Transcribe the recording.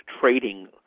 trading